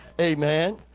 Amen